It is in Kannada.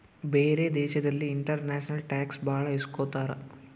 ಬೇರೆ ದೇಶದಲ್ಲಿ ಇಂಟರ್ನ್ಯಾಷನಲ್ ಟ್ಯಾಕ್ಸ್ ಭಾಳ ಇಸ್ಕೊತಾರ